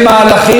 אני מבקשת לסיים,